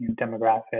demographic